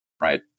right